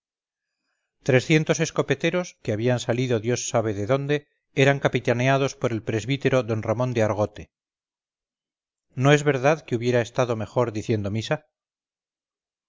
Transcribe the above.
trescientos escopeteros que habían salido dios sabe de dónde eran capitaneados por el presbítero d ramón de argote no es verdad que hubiera estado mejor diciendo misa